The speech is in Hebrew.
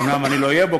אומנם אני לא אהיה בו,